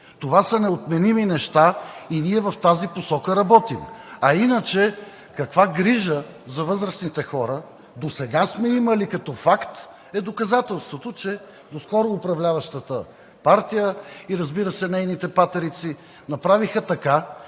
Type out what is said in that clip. Това са неотменими неща и ние в тази посока работим. А иначе каква грижа за възрастните хора досега сме имали като факт е доказателството, че доскоро управляващата партия и нейните патерици направиха така,